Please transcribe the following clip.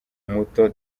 muto